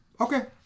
Okay